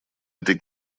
этой